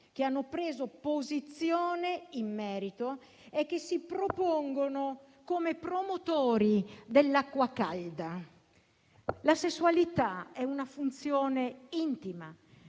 che hanno preso posizione in merito e che si propongono come promotrici dell'acqua calda. La sessualità è una funzione intima,